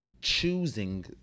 choosing